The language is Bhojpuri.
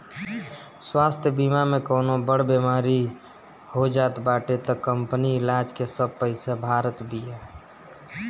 स्वास्थ्य बीमा में कवनो बड़ बेमारी हो जात बाटे तअ कंपनी इलाज के सब पईसा भारत बिया